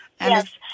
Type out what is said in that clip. Yes